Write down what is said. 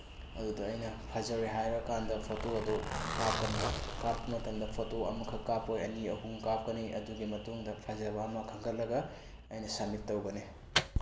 ꯑꯗꯨꯗ ꯑꯩꯅ ꯐꯖꯔꯦ ꯍꯥꯏꯔꯀꯥꯟꯗ ꯐꯣꯇꯣ ꯑꯗꯨ ꯀꯥꯞꯀꯅꯤ ꯀꯥꯞꯄ ꯃꯇꯝꯗ ꯐꯣꯇꯣ ꯑꯃꯈꯛ ꯀꯥꯞꯄꯣꯏ ꯑꯅꯤ ꯑꯍꯨꯝ ꯀꯥꯞꯀꯅꯤ ꯑꯗꯨꯒꯤ ꯃꯇꯨꯡꯗ ꯐꯖꯕ ꯑꯃ ꯈꯟꯒꯠꯂꯒ ꯑꯩꯅ ꯁꯃꯤꯠ ꯇꯧꯒꯅꯤ